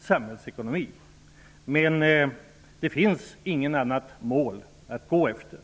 samhällsekonomi, men det finns inget annat mål att sätta upp.